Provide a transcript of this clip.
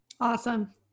Awesome